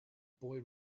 boy